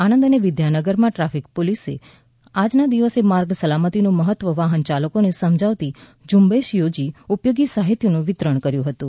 આણંદ અને વિદ્યાનગર માં ટ્રાફિક પોલીસે આજના દિવસે માર્ગ સલામતી નું મહત્વ વાહન ચાલકો ને સમજાવતી ઝુંબેશ યોજી ઉપયોગી સાહિત્ય નું વિતરણ કર્યું હતું